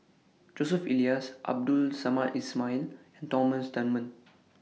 Joseph Elias Abdul Samad Ismail Thomas Dunman